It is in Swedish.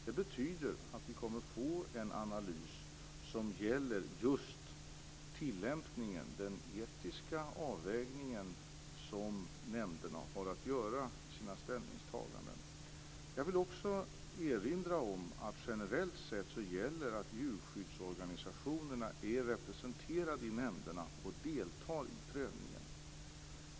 Det betyder att vi kommer att få en analys som gäller just tillämpningen, den etiska avvägning som nämnderna har att göra i sina ställningstaganden. Vidare vill jag erinra om att generellt gäller att djurskyddsorganisationerna är representerade i nämnderna och deltar i prövningen.